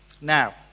Now